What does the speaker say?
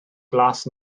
glas